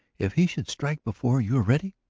if he should strike before you are ready?